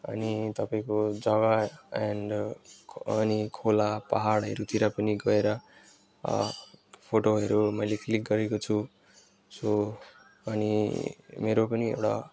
अनि तपाईँको जग्गा एन्ड अनि खोला पाहाडहरूतिर पनि गएर फोटोहरू मैले क्लिक गरेको छु सो अनि मेरो पनि एउटा